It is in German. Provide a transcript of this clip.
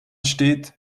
steht